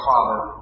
Father